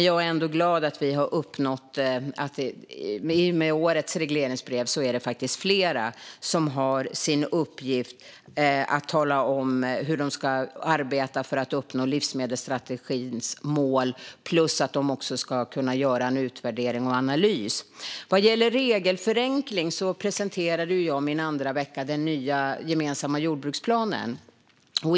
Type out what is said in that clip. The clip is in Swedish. Jag är ändå glad att det i och med årets regleringsbrev faktiskt är flera som har som uppgift att tala om hur de ska arbeta för att uppnå livsmedelsstrategins mål. De ska också kunna göra en utvärdering och analys. Vad gäller regelförenkling presenterade jag under min andra vecka den nya gemensamma jordbruksplanen.